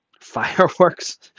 fireworks